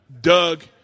Doug